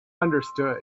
understood